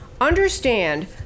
Understand